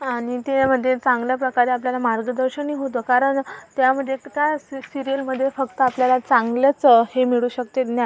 आणि त्यामध्ये चांगल्या प्रकारे आपल्याला मार्गदर्शनही होतं कारण त्यामध्ये एक काय असते सिरीयलमध्ये फक्त आपल्याला चांगलंच हे मिळू शकते ज्ञान